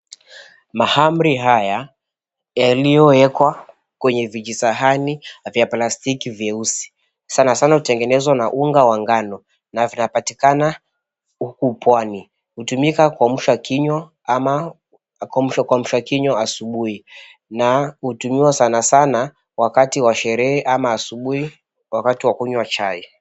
Mahamri haya yaliowekwa kwenye vijisahani vya plastiki vyeusi. Sana sana hutengenezwa na unga wa ngano na vinapatikana huku pwani. Hutumika kuamsha kinywa asubuhi na hutumiwa sana sana wakati wa sherehe ama asubuhi wakati wa kunywa chai.